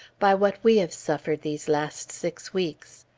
by what we have suffered these last six weeks.